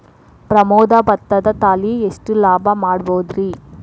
ಪ್ರಮೋದ ಭತ್ತದ ತಳಿ ಎಷ್ಟ ಲಾಭಾ ಮಾಡಬಹುದ್ರಿ?